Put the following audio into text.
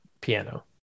piano